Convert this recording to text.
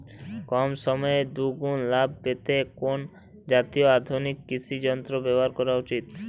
কম সময়ে দুগুন লাভ পেতে কোন জাতীয় আধুনিক কৃষি যন্ত্র ব্যবহার করা উচিৎ?